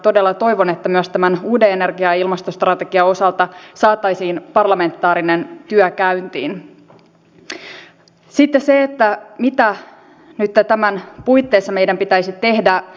jos me hyväksymme mallin ja periaatteen jossa tiettyjen ihmisryhmien asemaa voidaan heikentää puhtaasti taustan tai yleisen kiristyneen mielipideilmaston takia niin mihin raja vedetään